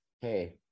hey